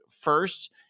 first